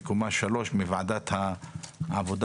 מקומה 3 מוועדת העבודה